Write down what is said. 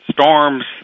storms